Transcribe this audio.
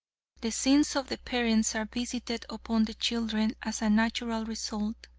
the sins of the parents are visited upon the children as a natural result,